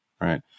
Right